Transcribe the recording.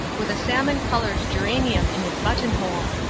with a salmon-coloured geranium in his buttonhole.